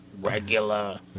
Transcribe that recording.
regular